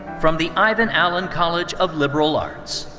from the ivan allen college of liberal arts,